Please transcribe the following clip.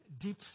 deep